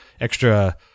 extra